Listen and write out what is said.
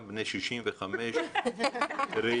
בשני שירותים.